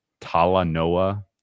Talanoa